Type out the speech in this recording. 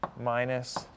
minus